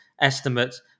estimates